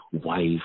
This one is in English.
wife